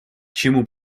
чему